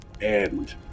end